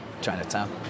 Chinatown